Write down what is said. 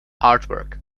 artwork